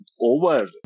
over